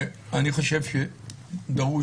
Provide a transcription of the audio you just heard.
אני חושב שדרוש,